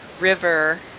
river